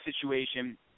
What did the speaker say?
situation